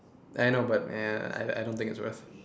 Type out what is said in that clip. I know but I don't think it's worth